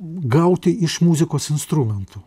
gauti iš muzikos instrumentų